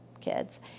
kids